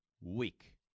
week